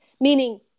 meaning